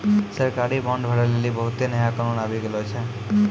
सरकारी बांड भरै लेली बहुते नया कानून आबि गेलो छै